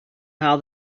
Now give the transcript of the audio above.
how